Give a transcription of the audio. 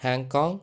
Hong Kong